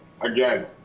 Again